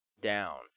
down